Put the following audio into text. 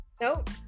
Nope